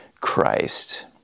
Christ